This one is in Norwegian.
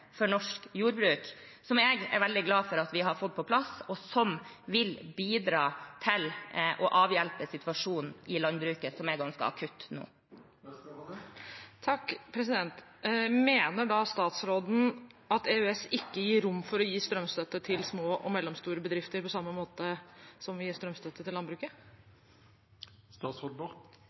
for norsk jordbruk, som jeg er veldig glad for at vi har fått på plass, og som vil bidra til å avhjelpe situasjonen i landbruket, som nå er ganske akutt. Mener da statsråden at EØS ikke gir rom for å gi strømstøtte til små og mellomstore bedrifter på samme måte som vi gir strømstøtte til